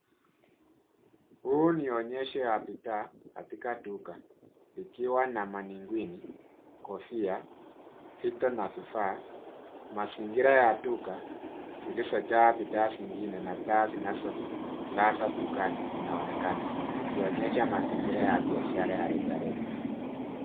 Huu ni onyesho ya bidhaa katika duka ikiwa na manikwini, kofia, vito na vifaa, mazingira ya duka zilizojaa bidhaa zingine na taa zinazoangaza dukani zinaonekana zikionyesha mazingira ya biashara ya rejareja.